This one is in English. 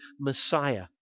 Messiah